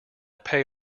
pay